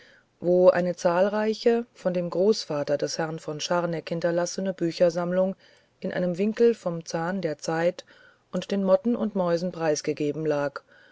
wo eine zahlreiche von dem großvater des herrn von scharneck hinterlassene büchersammlung in einem winkel dem zahn der zeit und den motten und mäusen preisgegeben lag